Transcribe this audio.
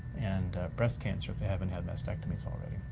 and breast cancer if they haven't had mastectomies already.